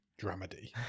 Dramedy